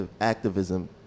activism